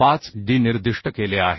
5d निर्दिष्ट केले आहे